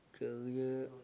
career